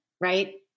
right